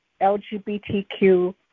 LGBTQ